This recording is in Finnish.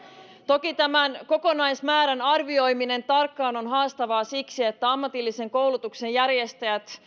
toki tämän kokonaismäärän arvioiminen tarkkaan on haastavaa siksi että ammatillisen koulutuksen järjestäjät